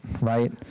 right